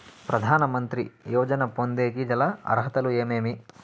ప్రధాన మంత్రి యోజన పొందేకి గల అర్హతలు ఏమేమి?